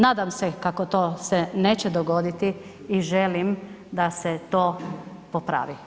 Nadam se kako se to neće dogoditi i želim da se to popravi.